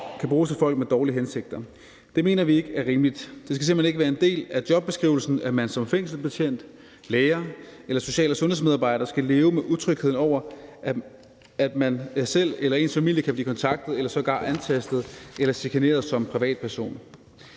kan bruges af folk med dårlige hensigter. Det mener vi ikke er rimeligt. Det skal simpelt hen ikke være en del af jobbeskrivelsen, at man som fængselsbetjent, lærer eller social- og sundhedsmedarbejder skal leve med utrygheden over, at man selv som privatperson eller ens familie kan blive kontaktet eller sågar antastet eller chikaneret. Med det her